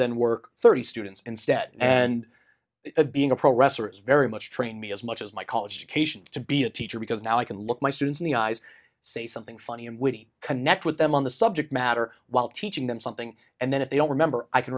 then work thirty students instead and being a pro wrestler is very much train me as much as my college education to be a teacher because now i can look my students in the eyes say something funny and witty connect with them on the subject matter while teaching them something and then if they don't remember i can